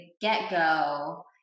get-go